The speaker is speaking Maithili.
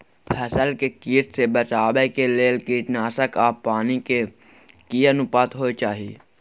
फसल के कीट से बचाव के लेल कीटनासक आ पानी के की अनुपात होय चाही?